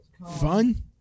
Fun